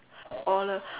or the